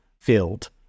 field